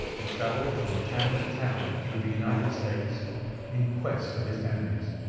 he travelled from town to town through the united states in quest of his enemies.